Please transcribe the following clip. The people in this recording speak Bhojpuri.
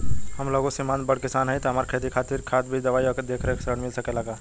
हम लघु सिमांत बड़ किसान हईं त हमरा खेती खातिर खाद बीज दवाई आ देखरेख खातिर ऋण मिल सकेला का?